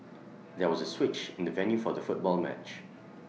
there was switch in the venue for the football match